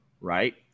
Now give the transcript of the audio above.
right